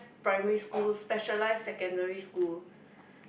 primary school specialist secondary school